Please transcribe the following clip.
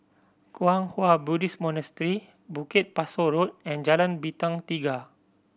Kwang Hua Buddhist Monastery Bukit Pasoh Road and Jalan Bintang Tiga